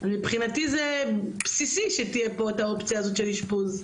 מבחינתי זה בסיסי שתהיה פה את האופציה הזאת של אשפוז.